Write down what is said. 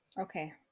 Okay